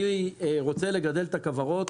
אני רוצה לגדל את הכוורות.